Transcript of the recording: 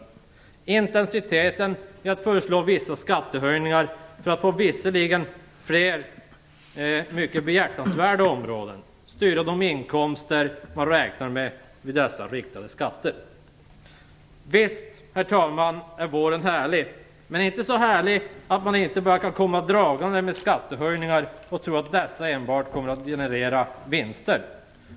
Det ser man på intensiteten i att föreslå vissa skattehöjningar för att till vissa, visserligen mycket behjärtansvärda, områden styra de inkomster man räknar med av dessa riktade skatter. Visst är våren härlig, herr talman, men inte så härlig att man bara kan komma dragandes med skattehöjningar och tro att dessa enbart kommer att generera vinster.